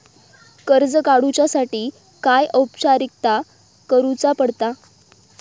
कर्ज काडुच्यासाठी काय औपचारिकता करुचा पडता?